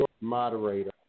Moderator